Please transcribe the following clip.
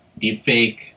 deepfake